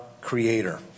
Creator